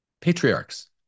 Patriarchs